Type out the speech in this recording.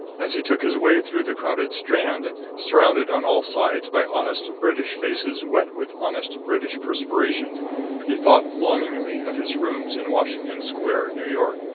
as he took his way through the crowded strand, surrounded on all sides by honest british faces wet with honest british perspiration he thought longingly of his rooms in washington square, new york.